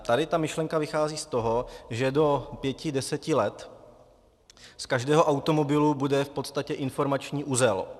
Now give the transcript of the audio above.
Tady ta myšlenka vychází z toho, že do pěti, deseti let z každého automobilu bude v podstatě informační uzel.